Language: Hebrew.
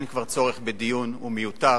אין כבר צורך בדיון, הוא מיותר.